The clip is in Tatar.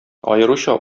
аеруча